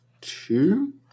two